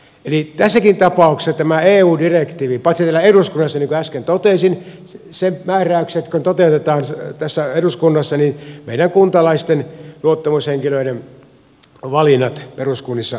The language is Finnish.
eli tässäkin tapauksessa tämä eu direktiivi niin kuin äsken totesin sen määräykset kun toteutetaan tässä eduskunnassa niin meidän kuntalaisten luottamushenkilöiden valinnat peruskunnissa entisestään vähenevät